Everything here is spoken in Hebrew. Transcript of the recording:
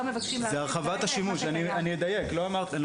לא מבקשים להרחיב --- אדייק: זאת הרחבת השימוש.